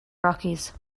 rockies